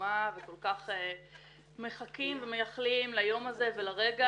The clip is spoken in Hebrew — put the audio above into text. בתרומה וכל כך מחכים ומחיילים ליום הזה ולרגע